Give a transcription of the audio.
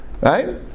Right